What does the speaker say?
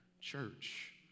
church